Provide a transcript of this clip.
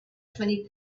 twenty